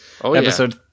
Episode